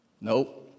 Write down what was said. Nope